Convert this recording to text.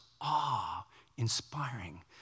awe-inspiring